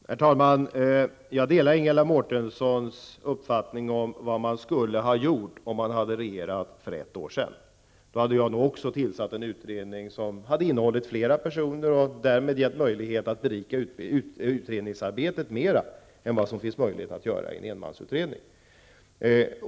Herr talman! Jag delar Ingela Mårtenssons uppfattning om vad man skulle ha gjort om man hade regerat för ett år sedan. Då hade jag nog också tillsatt en utredning som hade innehållit flera personer som därmed hade fått möjlighet att berika utredningsarbetet mer än vad som är möjligt i en enmansutredning.